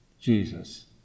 Jesus